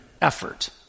effort